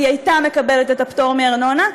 היא הייתה מקבלת את הפטור מארנונה,